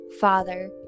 Father